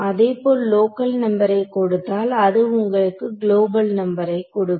அதேபோல் லோக்கல் நம்பரை கொடுத்தால் அது உங்களுக்கு குளோபல் நம்பரை கொடுக்கும்